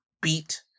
beat